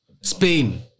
Spain